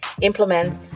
implement